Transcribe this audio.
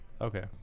Okay